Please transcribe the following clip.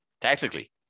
Technically